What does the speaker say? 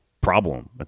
problem